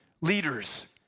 leaders